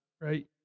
right